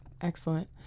Excellent